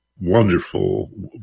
wonderful